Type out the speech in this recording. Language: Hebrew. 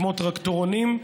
כמו טרקטורונים,